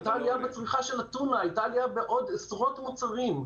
הייתה עליה בצריכת הטונה והייתה עליה בעוד עשרות מוצרים,